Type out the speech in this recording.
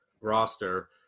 roster